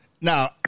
now